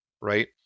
Right